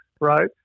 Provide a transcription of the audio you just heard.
right